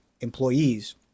employees